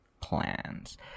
plans